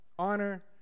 Honor